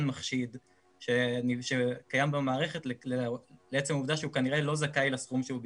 מחשיד שקיים במערכת לעצם העובדה שהוא כנראה לא זכאי לסכום שהוא ביקש,